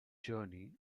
journey